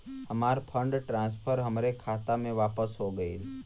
हमार fund transfer हमरे खाता मे वापस हो गईल